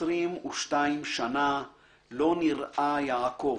"22 שנה לא נראה יעקב.